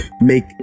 make